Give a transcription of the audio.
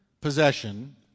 possession